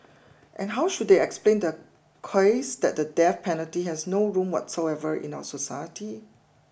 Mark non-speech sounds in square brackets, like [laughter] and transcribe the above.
and how should they explain their [unintelligible] that the death penalty has no room whatsoever in our society